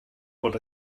bod